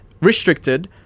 restricted